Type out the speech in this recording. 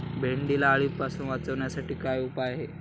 भेंडीला अळीपासून वाचवण्यासाठी काय उपाय आहे?